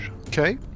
Okay